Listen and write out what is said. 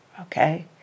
Okay